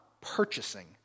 purchasing